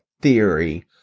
theory